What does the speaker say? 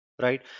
right